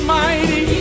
mighty